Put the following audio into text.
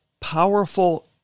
powerful